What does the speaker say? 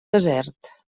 desert